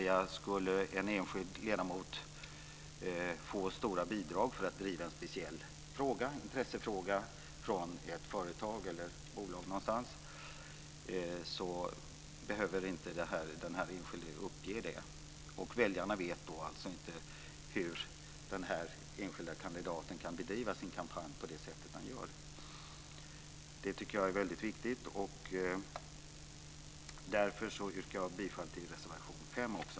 Skulle en enskild ledamot få stora bidrag från ett företag eller ett bolag för att driva en speciell intressefråga behöver den här ledamoten inte uppge det. Väljarna vet då inte hur den här enskilda kandidaten kan bedriva sin kampanj på det sätt som han gör. Det tycker jag är väldigt viktigt. Därför yrkar jag bifall också till reservation 5.